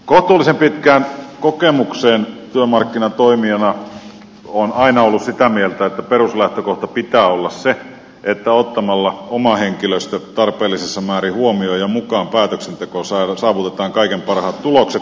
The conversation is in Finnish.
kohtuullisen pitkällä kokemuksella työmarkkinatoimijana olen aina ollut sitä mieltä että peruslähtökohdan pitää olla se että ottamalla oma henkilöstö tarpeellisessa määrin huomioon ja mukaan päätöksentekoon saavutetaan kaikkein parhaat tulokset